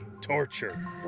torture